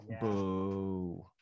Boo